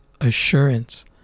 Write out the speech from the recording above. assurance